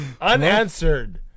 unanswered